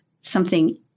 Something